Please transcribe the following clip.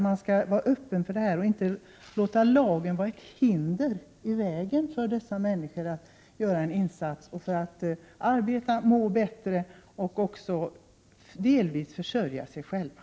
Man skall vara öppen och inte låta lagen utgöra ett hinder för dessa människor att göra en insats och för att arbeta, må bättre och också delvis försörja sig själva.